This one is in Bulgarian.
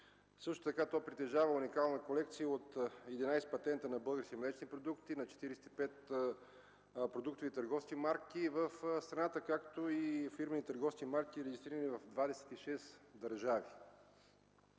Също така то притежава уникална колекция от 11 патента на български млечни продукти, на 45 продуктови търговски марки в страната, както и фирмени търговски марки, регистрирани в 26 държави.